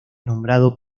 nombrado